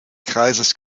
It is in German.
kreises